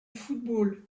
football